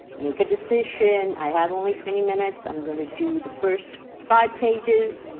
make a decision. i have only twenty minutes. i'm going to do the first five pages.